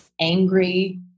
angry